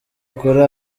kuri